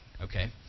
okay